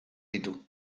ditu